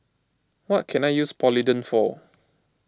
what can I use Polident for